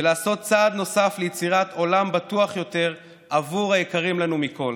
ולעשות צעד נוסף ליצירת עולם בטוח יותר עבור היקרים לנו מכול.